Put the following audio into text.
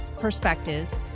perspectives